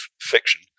fiction